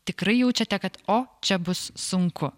tikrai jaučiate kad o čia bus sunku